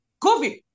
COVID